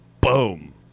boom